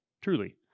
Truly